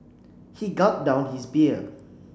he gulped down his beer